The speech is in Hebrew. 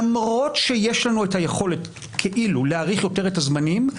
למרות שיש לנו את היכולת כאילו להאריך יותר את הזמנים,